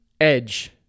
edge